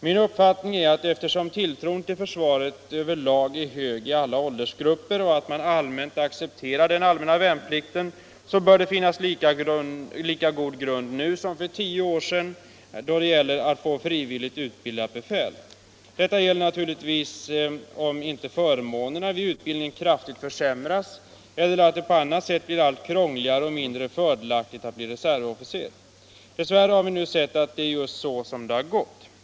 Min uppfattning är att eftersom tilltron till försvaret över lag är hög i alla åldersgrupper och man allmänt accepterar den allmänna värnplikten, så bör det finnas lika goda möjligheter nu som för tio år sedan att få frivilligt utbildat befäl, under förutsättning att förmånerna vid utbildningen inte kraftigt försämras och att det inte på annat sätt blir krångligare och mindre fördelaktigt att bli reservofficer. Dess värre har det tyvärr blivit på det sättet.